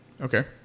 okay